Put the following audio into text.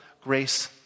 grace